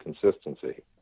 consistency